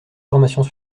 formations